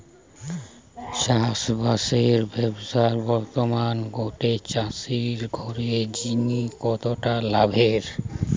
চাষবাসের ব্যাবসা বর্তমানে গটে চাষি ঘরের জিনে কতটা লাভের?